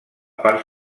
part